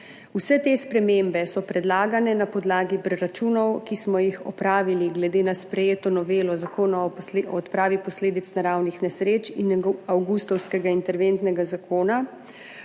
Vse te spremembe so predlagane na podlagi preračunov, ki smo jih opravili glede na sprejeto novelo Zakona o odpravi posledic naravnih nesreč in avgustovskega interventnega zakona.